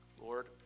Lord